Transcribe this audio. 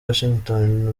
washington